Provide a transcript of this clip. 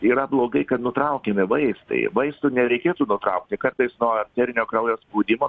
yra blogai kad nutraukiami vaistai vaistų nereikėtų nutraukti kartais arterinio kraujo spaudimo